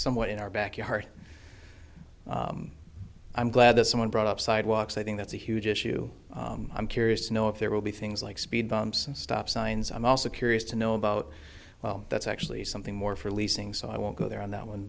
somewhat in our backyard i'm glad someone brought up sidewalks i think that's a huge issue i'm curious to know if there will be things like speed bumps and stop signs i'm also curious to know about well that's actually something more for leasing so i won't go there on that one